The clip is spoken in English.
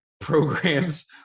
programs